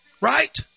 Right